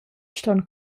ston